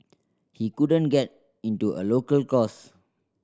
he couldn't get into a local course